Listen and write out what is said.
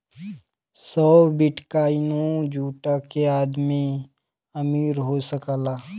सौ बिट्काइनो जुटा के आदमी अमीर हो सकला